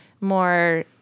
more